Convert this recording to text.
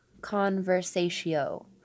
conversatio